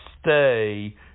stay